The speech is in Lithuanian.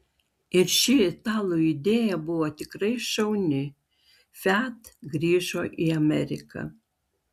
ir ši italų idėja buvo tikrai šauni fiat grįžo į ameriką